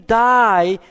die